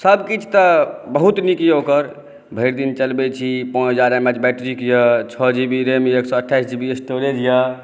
सभ किछु तऽ बहुत नीक यऽ ओकर भरि दिन चलबै छी पाँच हज़ार एमक बैटरीक यऽ छओ जी बी रैम एक सए अठाइस जी बी स्टोरेज यऽ